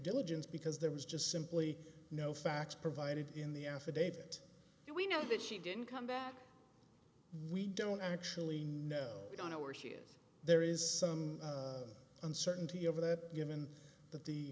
diligence because there was just simply no facts provided in the affidavit and we know that she didn't come back we don't actually know we don't know where she is there is some uncertainty over that given that the